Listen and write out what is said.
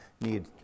need